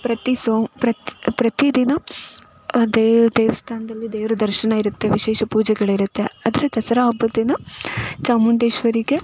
ಪ್ರತಿ ಸೋಮ ಪ್ರತಿದಿನ ಅದೇ ದೇವಸ್ಥಾನದಲ್ಲಿ ದೇವರ ದರ್ಶನ ಇರುತ್ತೆ ವಿಶೇಷ ಪೂಜೆಗಳಿರುತ್ತೆ ಆದರೆ ದಸರಾ ಹಬ್ಬ ದಿನ ಚಾಮುಂಡೇಶ್ವರಿಗೆ